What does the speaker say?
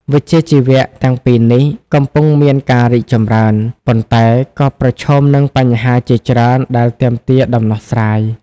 វិជ្ជាជីវៈទាំងពីរនេះកំពុងមានការរីកចម្រើន ប៉ុន្តែក៏ប្រឈមនឹងបញ្ហាជាច្រើនដែលទាមទារដំណោះស្រាយ។